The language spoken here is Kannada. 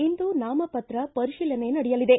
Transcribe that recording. ಇಂದು ನಾಮಪತ್ರ ಪರಿಶೀಲನೆ ನಡೆಯಲಿದೆ